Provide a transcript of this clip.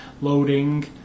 loading